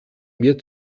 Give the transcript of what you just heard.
mir